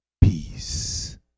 peace